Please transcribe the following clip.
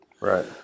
Right